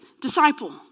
disciple